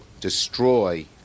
destroy